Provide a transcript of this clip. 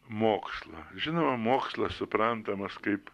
mokslo žinoma mokslas suprantamas kaip